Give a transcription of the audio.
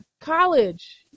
college